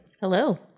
Hello